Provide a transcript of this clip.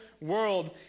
world